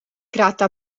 creata